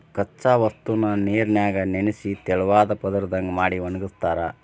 ಕಚ್ಚಾ ವಸ್ತುನ ನೇರಿನ್ಯಾಗ ನೆನಿಸಿ ತೆಳುವಾದ ಪದರದಂಗ ಮಾಡಿ ಒಣಗಸ್ತಾರ